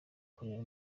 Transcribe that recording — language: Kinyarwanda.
kurera